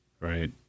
Right